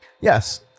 yes